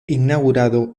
inaugurado